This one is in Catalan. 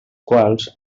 quals